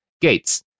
Gates